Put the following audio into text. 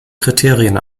kriterien